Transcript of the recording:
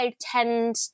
tend